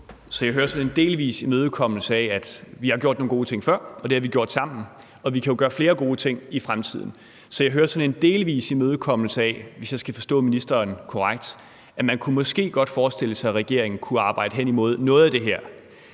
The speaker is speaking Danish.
Jeg hører sådan en delvis imødekommelse af, at vi har gjort nogle gode ting før, og det har vi gjort sammen, og vi kan jo gøre flere gode ting i fremtiden. Så jeg hører sådan en delvis imødekommelse, hvis jeg skal forstå ministeren korrekt, af, at man måske godt kunne forestille sig, at regeringen kunne arbejde hen imod noget af det her,